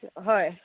হয়